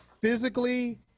physically